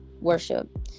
worship